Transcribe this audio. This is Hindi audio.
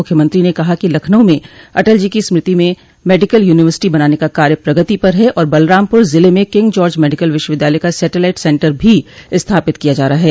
मुख्यमंत्री ने कहा कि लखनऊ में अटल जी की स्मृति में मेडिकल यूनिवर्सिटी बनाने का कार्य प्रगति पर है और बलरामपुर ज़िले में किंग जार्ज मेडिकल विश्वविद्यालय का सेटेलाइट सेन्टर भी स्थापित किया जा रहा है